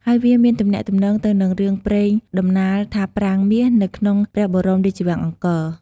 ហើយវាមានទំនាក់ទំនងទៅនឹងរឿងព្រេងដំណាលថាប្រាង្គមាសនៅក្នុងព្រះបរមរាជវាំងអង្គរ។